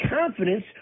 confidence